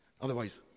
Otherwise